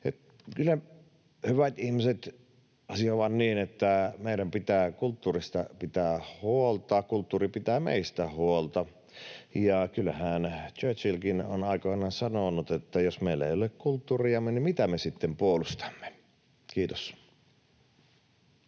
Kyllä, hyvät ihmiset, asia on vain niin, että meidän pitää kulttuurista pitää huolta, kulttuuri pitää meistä huolta. Kyllähän Churchillkin on aikoinaan sanonut, että jos meillä ei ole kulttuuriamme, niin mitä me sitten puolustamme. — Kiitos.